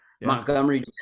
Montgomery